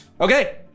Okay